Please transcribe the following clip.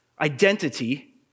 identity